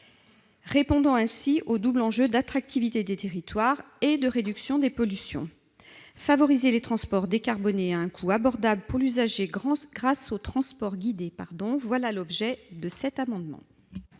répond au double enjeu de l'attractivité des territoires et de la réduction de la pollution. Favoriser les transports décarbonés à un coût abordable pour l'usager, grâce aux transports guidés, tel est l'objet de cet amendement.